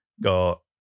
got